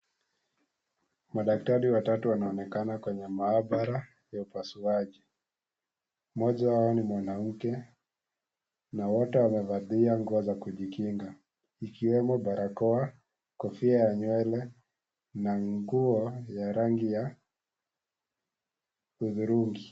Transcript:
Madaktari watatu wanaonekana kwenye mahabara ya upasuaji. Mmoja wao ni mwanamke na wote wamevalia nguo za kujikinga ikiwemo , barakoa ,kofia ya nywele na nguo ya rangi ya hudhurungi.